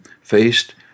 faced